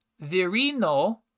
Virino